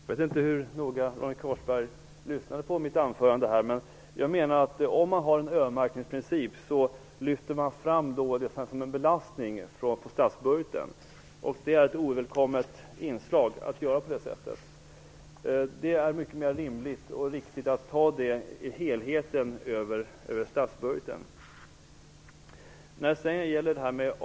Fru talman! Jag vet inte hur noga Ronny Korsberg lyssnade på mitt anförande. Om man har en öronmärkningsprincip lyfter man fram det som en belastning på statsbudgeten. Detta är ett ovälkommet inslag. Det är mycket mer rimligt att ta det i helheten över statsbudgeten.